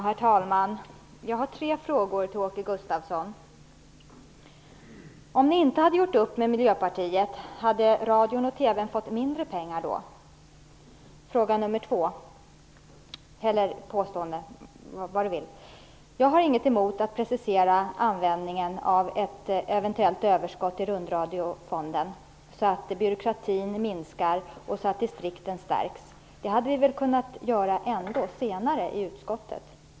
Herr talman! Jag har tre frågor till Åke Gustavsson. Den första frågan är: Om ni inte hade gjort upp med Miljöpartiet, hade då radio och TV fått mindre pengar? Den andra frågan, eller påståendet: Jag har inget emot att precisera användningen av ett eventuellt överskott i Rundradiofonden så att byråkratin minskar och distrikten stärks. Det hade vi väl ändå kunnat göra senare i utskottet?